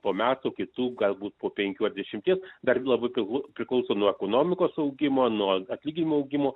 po metų kitų galbūt po penkių ar dešimties dar labiau priklauso nuo ekonomikos augimo nuo atlyginimų augimo